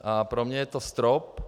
A pro mě je to strop.